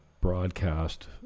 broadcast